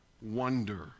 Wonder